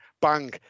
Bang